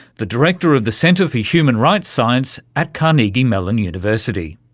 the director of the centre for human rights science at carnegie mellon university.